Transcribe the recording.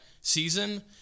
season